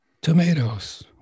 tomatoes